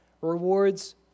Rewards